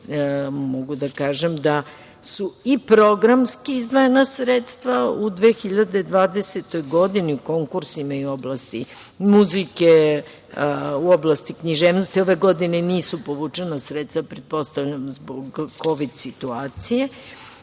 mogu da kažem da su i programski izdvojena sredstva u 2020. godini konkursima u oblasti muzike, u oblasti književnosti, ove godine nisu povučena sredstva pretpostavljam zbog kovid situacije,